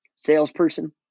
Salesperson